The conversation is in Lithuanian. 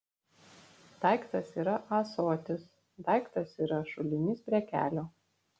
daiktas yra ąsotis daiktas yra šulinys prie kelio